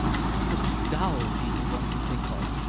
all the dull people one can think of,